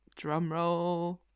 drumroll